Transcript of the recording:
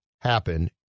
happen